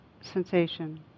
sensation